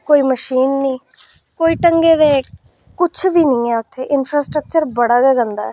कोई मशीन निं कोई ढंगै दे कुछ बी निं ऐ उत्थै इंफ्रास्ट्रक्चर बड़ा गै गंदा